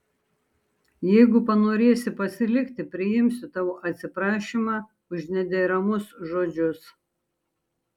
jeigu panorėsi pasilikti priimsiu tavo atsiprašymą už nederamus žodžius